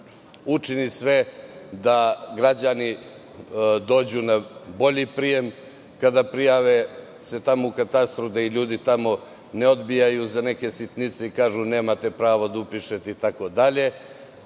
učili sve da građani dođu na bolji prijem kada se prijave u katastru, da ih ljudi tamo ne odbijaju za neke sitnice i kažu – nemate pravo da upišete itd, da se